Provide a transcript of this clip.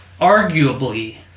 arguably